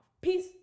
Peace